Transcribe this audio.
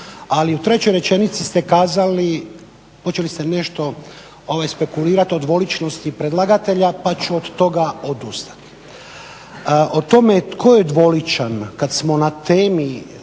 ali u trećoj rečenici ste kazali hoće li se nešto spekulirati o dvoličnosti predlagatelja pa ću od toga odustati. O tome tko je dvoličan kad smo na temi